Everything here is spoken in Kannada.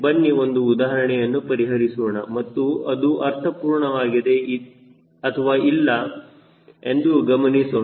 ಬನ್ನಿ ಒಂದು ಉದಾಹರಣೆಯನ್ನು ಪರಿಹರಿಸೋಣ ಮತ್ತು ಅದು ಅರ್ಥಪೂರ್ಣವಾಗಿ ಇದೆ ಅಥವಾ ಇಲ್ಲ ಎಂದು ಗಮನಿಸುವ